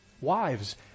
Wives